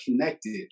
connected